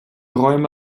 räume